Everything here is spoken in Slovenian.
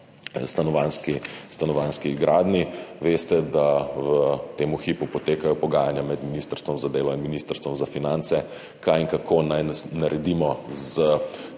stanovanjski gradnji. Veste, da v tem hipu potekajo pogajanja med ministrstvom za delo in ministrstvom za finance, kaj in kako naj naredimo z